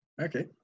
Okay